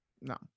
No